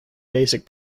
basic